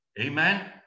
Amen